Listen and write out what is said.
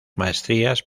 maestrías